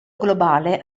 globale